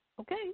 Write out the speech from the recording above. Okay